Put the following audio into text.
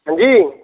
हां जी